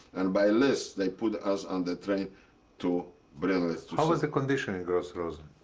and, by list, they put us on the train to brinnlitz. how was the condition in gross-rosen?